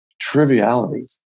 trivialities